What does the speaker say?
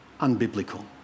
unbiblical